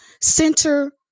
center